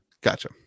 Gotcha